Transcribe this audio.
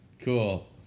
Cool